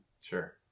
Sure